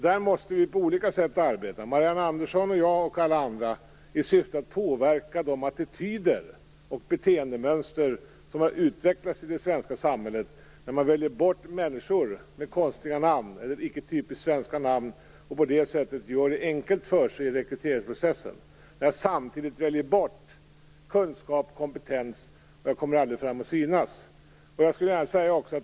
Där måste vi - Marianne Andersson, jag och alla andra - på olika sätt arbeta i syfte att påverka de attityder och beteendemönster som har utvecklats i det svenska samhället i och med att man väljer bort människor med konstiga eller icke typiskt svenska namn. På det sättet gör man det enkelt för sig i rekryteringsprocessen. Men samtidigt väljs kunskap och kompetens bort och människor kommer aldrig fram så att de kan synas.